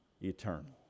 eternal